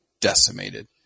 decimated